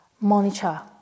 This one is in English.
monitor